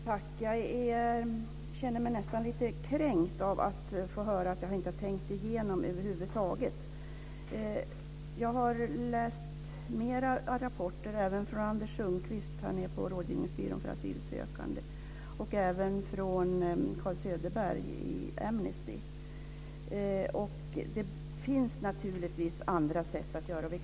Fru talman! Jag känner mig nästan lite kränkt av att få höra att jag inte har tänkt igenom över huvud taget. Jag har läst mera rapporter, även från Anders Sundqvist som är på rådgivningsbyrån för asylsökande och från Carl Söderbergh i Amnesty. Det finns naturligtvis andra sätt att göra det här.